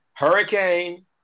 Hurricane